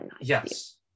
yes